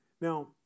Now